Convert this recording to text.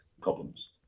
problems